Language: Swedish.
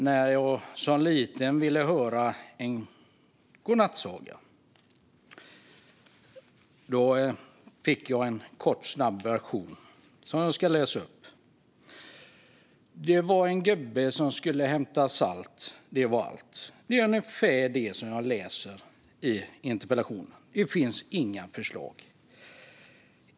När jag som liten ville höra en godnattsaga fick jag en kortversion: "Det var en gubbe som skulle hämta salt. Det var allt." Det är ungefär det jag hör i svaret. Det finns inga förslag.